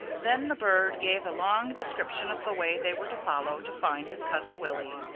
then the bird gave a long description of the way they were to follow to find his cousin willy,